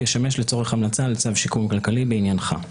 ישמש לצורך המלצה על צו לשיקום כלכלי בעניינך.